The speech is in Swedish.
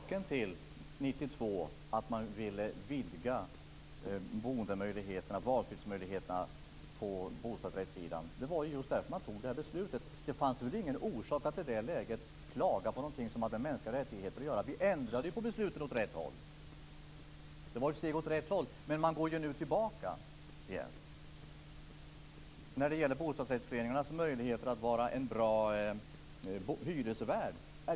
Fru talman! Orsaken till att man år 1992 ville vidga valmöjligheterna för boendet på bostadsrättssidan var just detta beslut. Det fanns ingen orsak att i det läget klaga på någonting som hade med mänskliga rättigheter att göra. De ändrade besluten var ett steg åt rätt håll. Men nu går man tillbaka igen. Sedan var det frågan om en bostadsrättsförening kan vara en bra hyresvärd.